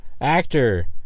actor